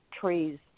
trees